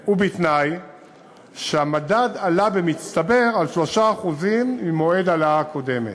בתנאי שהמדד עלה במצטבר על 3% ממועד ההעלאה הקודמת,